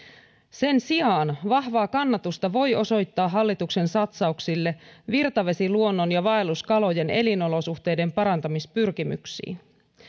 sen sijaan vahvaa kannatusta voi osoittaa hallituksen satsauksille virtavesiluonnon ja vaelluskalojen elinolosuhteiden parantamispyrkimyksiin